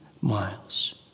miles